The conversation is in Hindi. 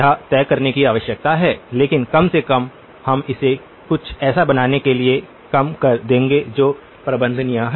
यह तय करने की आवश्यकता है लेकिन कम से कम हम इसे कुछ ऐसा बनाने के लिए कम कर देंगे जो प्रबंधनीय है